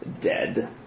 dead